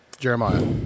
Jeremiah